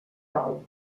dol